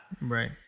Right